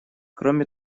кроме